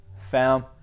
fam